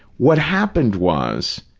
what happened was,